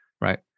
right